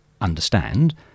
understand